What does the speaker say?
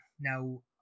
Now